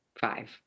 five